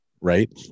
Right